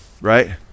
right